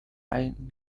allen